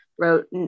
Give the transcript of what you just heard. wrote